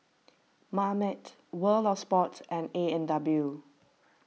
Marmite World of Sports and A and W